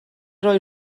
roi